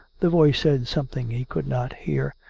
the voice said something he could not hear.